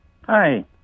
Hi